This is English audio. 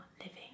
living